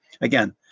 Again